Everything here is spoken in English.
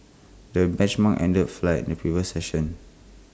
the benchmark ended flat in the previous session